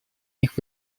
них